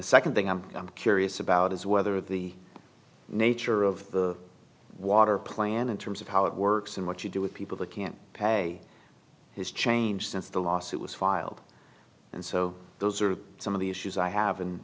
the second thing i'm curious about is whether the nature of the water plan in terms of how it works and what you do with people that can't pay has changed since the lawsuit was filed and so those are some of the issues i have and